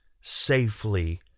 safely